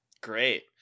Great